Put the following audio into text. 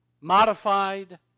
Modified